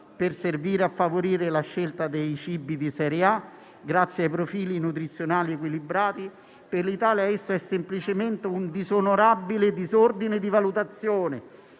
per favorire la scelta dei cibi di serie A, grazie ai profili nutrizionali equilibrati, per l'Italia esso è semplicemente un disonorabile disordine di valutazione.